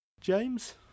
James